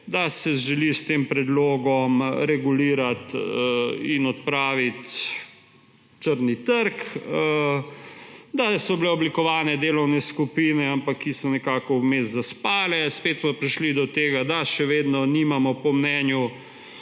da se želi s tem predlogom regulirati in odpraviti črni trg; da so bile oblikovane delovne skupine, ki so nekako vmes zaspale. Spet smo prišli do tega, da še vedno nimamo, po mnenju